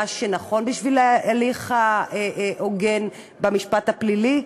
מה שנכון בשביל ההליך ההוגן במשפט הפלילי,